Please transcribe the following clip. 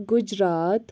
Gujarat